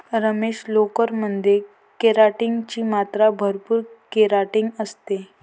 रमेश, लोकर मध्ये केराटिन ची मात्रा भरपूर केराटिन असते